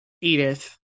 Edith